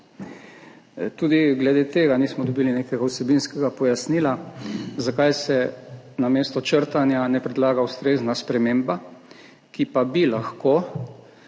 Tudi glede tega nismo dobili nekega vsebinskega pojasnila, zakaj se namesto črtanja ne predlaga ustrezna sprememba, ki pa bi lahko